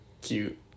cute